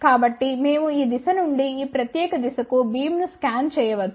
కాబట్టి మేము ఈ దిశ నుండి ఈ ప్రత్యేక దిశకు బీమ్ ను స్కాన్ చేయవచ్చు